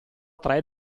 tre